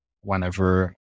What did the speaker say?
whenever